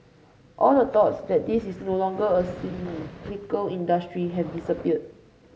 all the thoughts that this is no longer a cyclical industry have disappeared